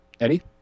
Eddie